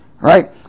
Right